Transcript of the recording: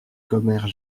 commères